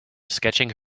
sketching